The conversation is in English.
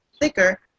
thicker